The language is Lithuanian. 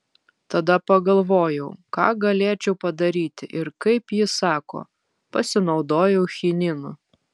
tada pagalvojau ką galėčiau padaryti ir kaip ji sako pasinaudojau chininu